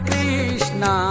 Krishna